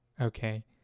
Okay